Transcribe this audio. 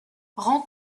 rends